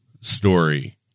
story